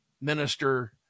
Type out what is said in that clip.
minister